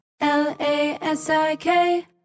L-A-S-I-K